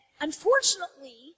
unfortunately